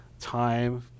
time